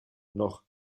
noch